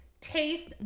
taste